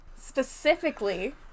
Specifically